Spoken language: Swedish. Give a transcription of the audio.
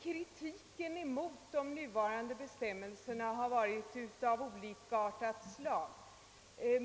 Kritiken mot de gällande bestämmelserna har varit av olika slag.